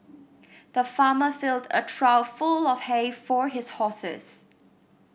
the farmer filled a trough full of hay for his horses